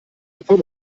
bevor